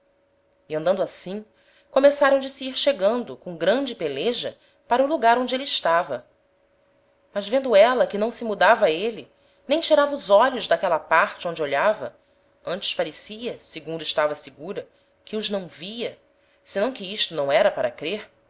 e andando assim começaram de se ir chegando com grande peleja para o lugar onde êle estava mas vendo éla que não se mudava êle nem tirava os olhos d'aquela parte onde olhava antes parecia segundo estava segura que os não via senão que isto não era para crêr